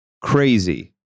crazy